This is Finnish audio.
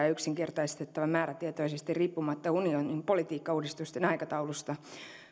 ja yksinkertaistettava määrätietoisesti riippumatta unionin politiikkauudistusten aikataulusta